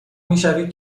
میشوید